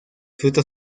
frutos